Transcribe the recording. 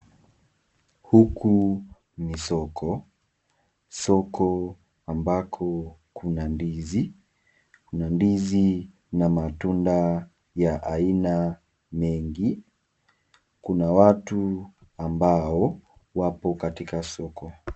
Huku ni soko, soko ambako kuna ndizi, kuna ndizi na matunda ya aina mengi, kuna watu ambao wapo katika soko.